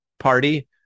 Party